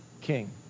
king